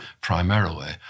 primarily